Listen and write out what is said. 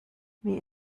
wie